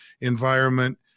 environment